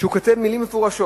שכתובות בו מלים מפורשות